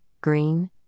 green